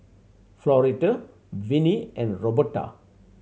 Floretta Winnie and Roberta